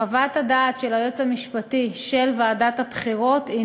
חוות הדעת של היועץ המשפטי של ועדת הבחירות היא